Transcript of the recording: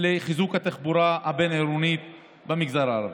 לחיזוק התחבורה הבין-עירונית במגזר הערבי.